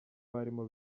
barimo